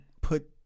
put